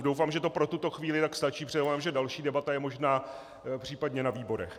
Doufám, že to pro tuto chvíli tak stačí, předpokládám, že další debata je možná případně ve výborech.